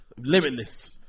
limitless